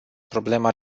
problema